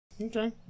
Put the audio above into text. Okay